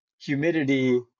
Humidity